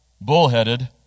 bullheaded